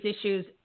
issues